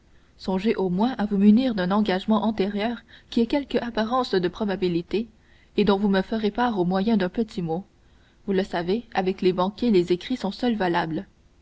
songez au moins à vous munir d'un engagement antérieur qui ait quelque apparence de probabilité et dont vous me ferez part au moyen d'un petit mot vous le savez avec les banquiers les écrits sont seuls valables